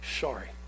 sorry